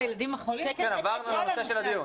כל הילדים מקבלים את אותו טיפול.